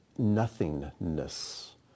nothingness